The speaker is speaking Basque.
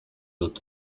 dut